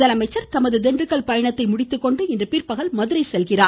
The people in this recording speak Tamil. முதலமைச்சர் தனது திண்டுக்கல் பயணத்தை முடித்துக்கொண்டு இன்று பிற்பகல் மதுரை செல்கிறார்